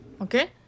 okay